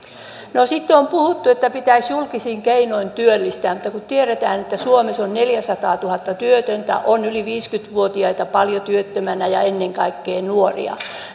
sitten on puhuttu että pitäisi julkisin keinoin työllistää mutta kun tiedetään että suomessa on neljäsataatuhatta työtöntä yli viisikymmentä vuotiaita on paljon työttöminä ja ennen kaikkea nuoria